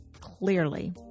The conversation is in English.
clearly